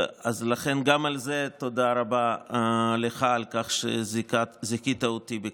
אז לכן גם על זה תודה רבה לך על כך שזיכית אותי בכך.